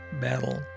battle